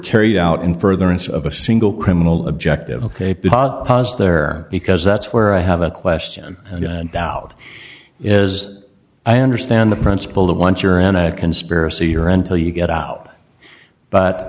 carried out in furtherance of a single criminal objective ok there because that's where i have a question and doubt is i understand the principle that once you're in a conspiracy you're until you get out but